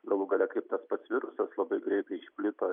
galų gale kaip tas pats virusas labai greitai išplito